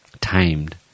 timed